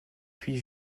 puis